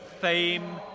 fame